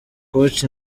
koch